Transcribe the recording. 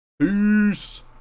Peace